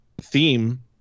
theme